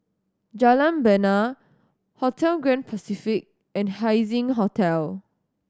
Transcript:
Jalan Bena Hotel Grand Pacific and Haising Hotel